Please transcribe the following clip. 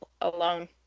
alone